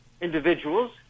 individuals